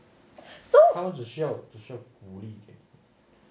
so